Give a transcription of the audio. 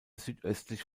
südöstlich